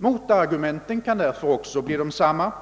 Motargumenten kan därför bli desamma, och